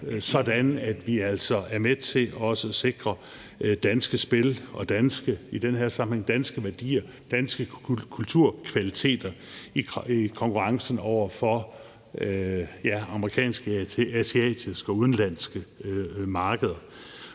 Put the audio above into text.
sådan at vi altså er med til også at sikre danske spil og i den her sammenhæng danske værdier og danske kulturkvaliteter i konkurrencen over for amerikanske, asiatiske og udenlandske markeder.